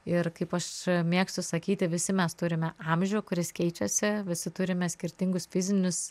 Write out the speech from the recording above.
ir kaip aš mėgstu sakyti visi mes turime amžių kuris keičiasi visi turime skirtingus fizinius